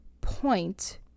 point